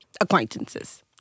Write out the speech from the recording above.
acquaintances